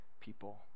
people